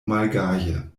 malgaje